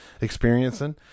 experiencing